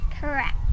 Correct